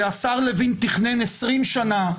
שהשר לוין תכנן 20 שנה,